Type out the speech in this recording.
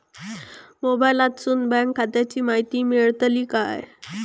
मोबाईलातसून बँक खात्याची माहिती मेळतली काय?